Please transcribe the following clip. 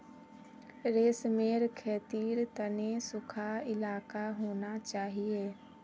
रेशमेर खेतीर तने सुखा इलाका होना चाहिए